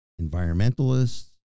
environmentalists